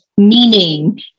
meaning